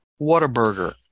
Whataburger